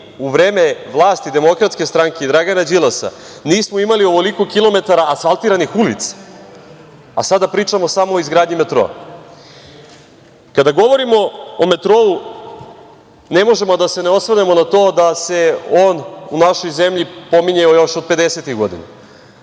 u vreme vlasti DS i Dragana Đilasa nismo imali ovoliko kilometara asfaltiranih ulica, a sada pričamo samo o izgradnji metroa. Kada govorimo o metrou, ne možemo a da se ne osvrnemo na to da se on u našoj zemlji pominjao još od 1950-ih godina